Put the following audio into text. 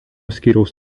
skyriaus